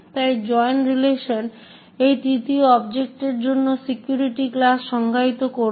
তাই join relation এই তৃতীয় অবজেক্টের জন্য সিকিউরিটি ক্লাস সংজ্ঞায়িত করবে